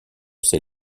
ses